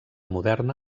moderna